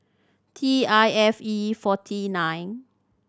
T I F E forty nine